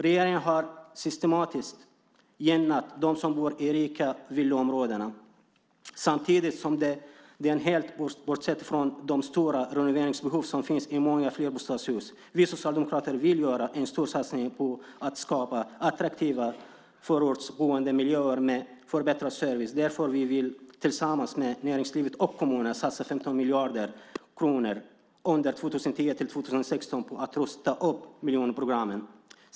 Regeringen har systematiskt gynnat dem som bor i rika villaområden samtidigt som den helt har bortsett från de stora renoveringsbehov som finns i många flerbostadshus. Vi socialdemokrater vill göra en stor satsning på att skapa attraktiva förortsboendemiljöer med förbättrad service. Därför vill vi tillsammans med näringslivet och kommunerna satsa 15 miljarder kronor 2010-2016 på att rusta upp miljonprogramsområdena.